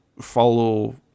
follow